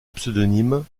pseudonyme